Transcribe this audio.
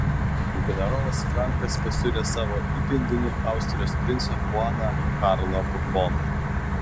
generolas frankas pasiūlė savo įpėdiniu austrijos princą chuaną karlą burboną